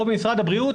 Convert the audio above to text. או במשרד הבריאות,